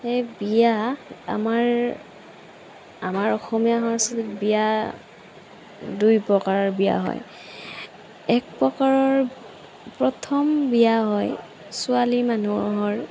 সেই বিয়া আমাৰ আমাৰ অসমীয়া সংস্কৃতিত বিয়া দুই প্ৰকাৰৰ বিয়া হয় এক প্ৰকাৰৰ প্ৰথম বিয়া হয় ছোৱালী মানুহৰ